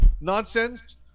nonsense